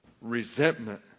resentment